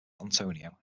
antonio